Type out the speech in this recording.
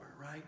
right